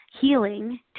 healing